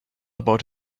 about